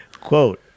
Quote